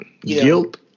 Guilt